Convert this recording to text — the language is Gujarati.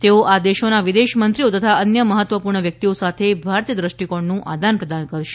તેઓ આ દેશોના વિદેશ મંત્રીઓ તથા અન્ય મહત્વપૂર્ણ વ્યકિતઓ સાથે ભારતીય દ્રષ્ટિકોણનું આદનપ્રદાન કરશે